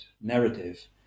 narrative